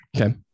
Okay